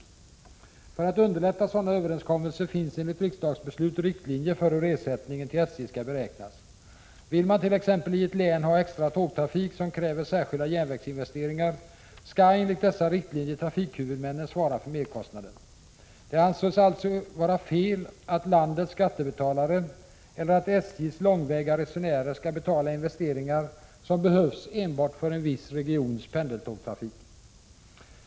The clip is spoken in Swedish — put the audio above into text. För att underlätta sådana överenskommelser finns enligt riksdagsbeslut riktlinjer för hur ersättningen till SJ skall beräknas. Vill man t.ex. i ett län ha extra tågtrafik som kräver särskilda järnvägsinvesteringar, skall enligt dessa riktlinjer trafikhuvudmännen svara för merkostnaden. Det anses alltså vara fel att landets skattebetalare eller att SJ:s långväga resenärer skall betala investeringar som behövs enbart för en viss regions pendeltågstrafik.